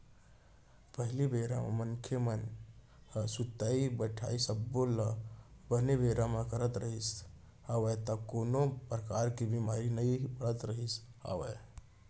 पहिली बेरा म मनसे मन ह सुतई बइठई सब्बो ल बने बेरा म करत रिहिस हवय त कोनो परकार ले बीमार नइ पड़त रिहिस हवय